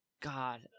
god